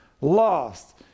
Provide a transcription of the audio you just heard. lost